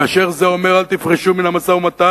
כאשר זה אומר: אל תפרשו מן המשא-ומתן,